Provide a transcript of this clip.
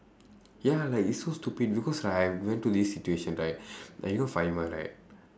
ya like it's so stupid because right we went to this situation right like you know right